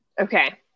Okay